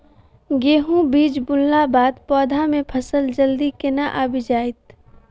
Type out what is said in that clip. गेंहूँ बीज बुनला बाद पौधा मे फसल जल्दी केना आबि जाइत?